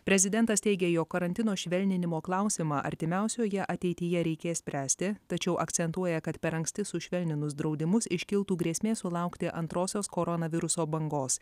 prezidentas teigia jog karantino švelninimo klausimą artimiausioje ateityje reikės spręsti tačiau akcentuoja kad per anksti sušvelninus draudimus iškiltų grėsmė sulaukti antrosios koronaviruso bangos